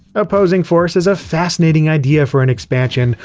opposing force is ah fascinating idea for an expansion,